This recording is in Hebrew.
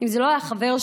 אם זה לא היה חבר שלי,